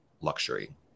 luxury